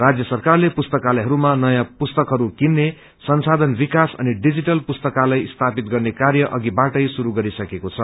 राज्य सरकारले पुस्तकालयहरूमा नयाँ पुस्तकहरू किन्ने संसाधन विकास अनि डिजिटल पुस्तकालय स्थापित गर्ने कार्य अघिाबाटै शुरू गरिसकेको छ